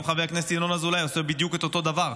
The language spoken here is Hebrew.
גם חבר הכנסת ינון אזולאי עושה בדיוק את אותו דבר.